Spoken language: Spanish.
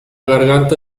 garganta